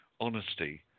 honesty